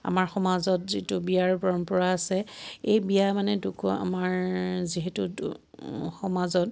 আমাৰ সমাজত যিটো বিয়াৰ পৰম্পৰা আছে এই বিয়া মানেটোকো আমাৰ যিহেতু দু সমাজত